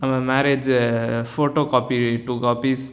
நம்ம marriage photocopy two copies